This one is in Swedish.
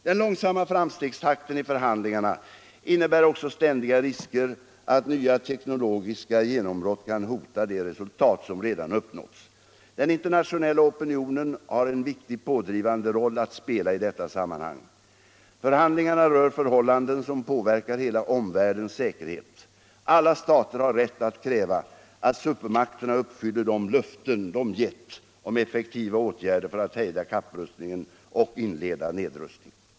Den långsamma framstegstakten i förhandlingarna innebär också ständiga risker att nya teknologiska genombrott kan hota de resultat som redan uppnåtts. Den internationella opinionen har en viktig pådrivande roll att spela i detta sammanhang. Förhandlingarna rör förhållanden som påverkar hela omvärldens säkerhet. Alla stater har rätt att kräva att supermakterna uppfyller de löften de gett om effektiva åtgärder för att he:da kapprustningen och inleda nedrustning.